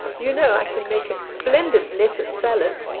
you know i can make splendid lettuce salad.